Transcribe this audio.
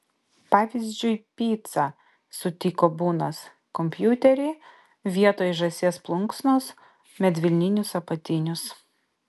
pavyzdžiui picą sutiko bunas kompiuterį vietoj žąsies plunksnos medvilninius apatinius